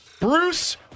Bruce